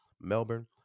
melbourne